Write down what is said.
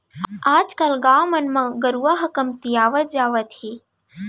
आज कल गाँव मन म गाय गरूवा ह कमतियावत जात हे